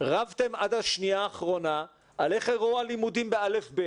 רבתם עד השנייה האחרונה על איך ייראו הלימודים ב-א'-ב'